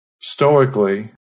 stoically